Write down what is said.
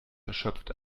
erschöpft